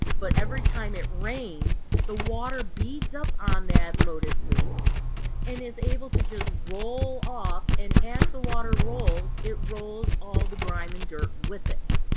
but every time it rains the water beads up on that lotus leaf and is able to just roll off. and and as the water rolls, it rolls all the grime and dirt with it.